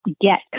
get